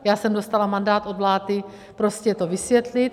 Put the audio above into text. Já jsem dostala mandát od vlády to vysvětlit.